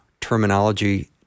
terminology